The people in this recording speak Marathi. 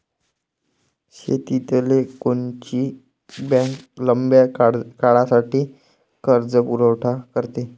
शेतीले कोनची बँक लंब्या काळासाठी कर्जपुरवठा करते?